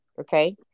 okay